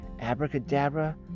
Abracadabra